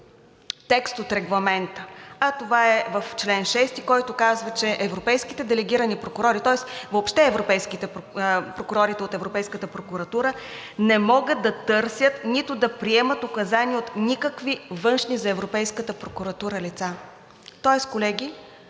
текст от Регламента, а това е в чл. 6, който казва, че европейските делегирани прокурори, тоест въобще прокурорите от Европейската прокуратура не могат да търсят нито да приемат указания от никакви външни за Европейската прокуратура лица. Тоест, колеги,